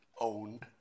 Owned